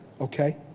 Okay